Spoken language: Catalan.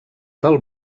del